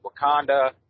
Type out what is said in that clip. Wakanda